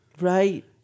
Right